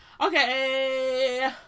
Okay